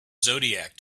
zodiac